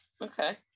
Okay